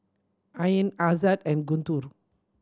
Ain Aizat and Guntur